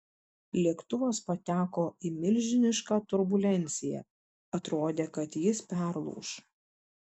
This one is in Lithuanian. lėktuvas pateko į milžinišką turbulenciją atrodė kad jis perlūš